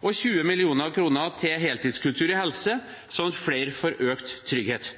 og 20 mill. kr til heltidskultur i helse, sånn at flere får økt trygghet.